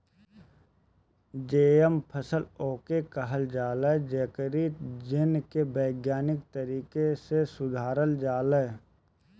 GM फसल उके कहल जाला जेकरी जीन के वैज्ञानिक तरीका से सुधारल जाला